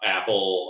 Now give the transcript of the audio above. Apple